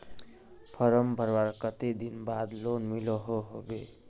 Form भरवार कते दिन बाद लोन मिलोहो होबे?